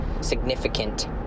significant